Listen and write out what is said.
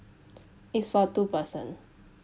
it's for two person